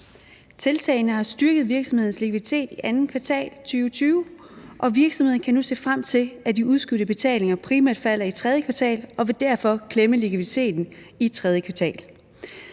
Tiltagene har styrket virksomhedernes likviditet i andet kvartal af 2020, og virksomhederne kan nu se frem til, at de udskudte betalinger primært falder i tredje kvartal og derfor vil klemme likviditeten i tredje kvartal.